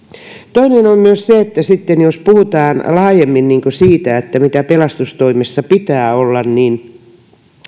toinen on se että sitten jos puhutaan laajemmin siitä mitä pelastustoimessa pitää olla